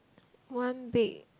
one big